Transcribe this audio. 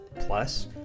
plus